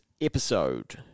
episode